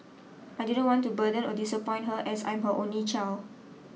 I didn't want to burden or disappoint her as I'm her only child